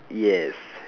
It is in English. yes